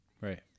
Right